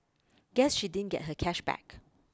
guess she didn't get her cash back